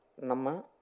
Nama